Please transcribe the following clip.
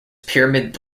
pyramid